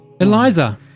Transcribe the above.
Eliza